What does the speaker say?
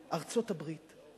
ארצות-הברית.